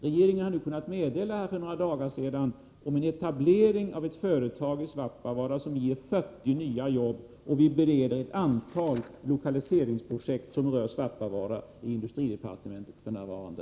Regeringen har för några dagar sedan kunnat lämna meddelande om etablering av ett företag i Svappavaara som ger 40 nya jobb. Vi bereder också f.n. i industridepartementet ett antal lokaliseringsprojekt som rör Svappavaara.